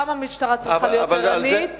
אבל על זה,